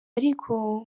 ariko